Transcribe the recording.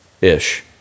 ish